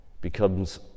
becomes